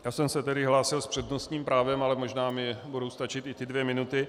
Já jsem se tedy hlásil s přednostním právem, ale možná mi budou stačit i ty dvě minuty.